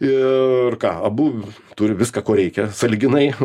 ir ką abu turi viską ko reikia sąlyginai